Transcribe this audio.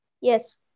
Yes